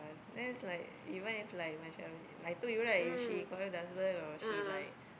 then it's like even if like macam I told you right if she quarrel with the husband or she like